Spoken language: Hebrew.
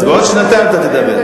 אז בעוד שנתיים אתה תדבר.